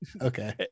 Okay